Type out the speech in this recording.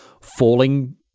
falling